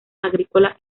agrícola